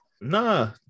Nah